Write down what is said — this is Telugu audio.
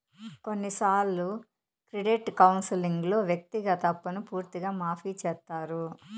కొన్నిసార్లు క్రెడిట్ కౌన్సిలింగ్లో వ్యక్తిగత అప్పును పూర్తిగా మాఫీ చేత్తారు